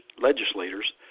legislators